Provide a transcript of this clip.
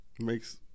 makes